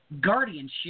guardianship